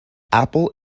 apple